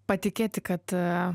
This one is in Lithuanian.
patikėti kad a